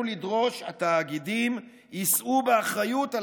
עלינו לדרוש שהתאגידים יישאו באחריות על